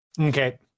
Okay